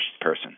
person